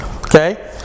okay